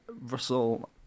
Russell